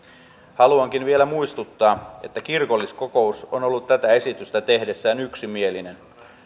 haluankin vielä muistuttaa että kirkolliskokous on ollut tätä esitystä tehdessään yksimielinen